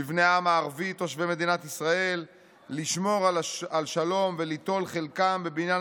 לבני העם הערבי תושבי מדינת ישראל לשמור על שלום וליטול חלקם בבניין